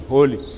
Holy